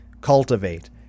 cultivate